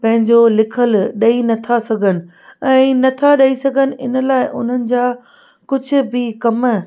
पंहिंजो लिखियलु ॾेई नथा सघनि ऐं नथा ॾेई सघनि इन लाइ उन्हनि जा कुझु बि कम